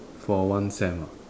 for one sem ah